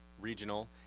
regional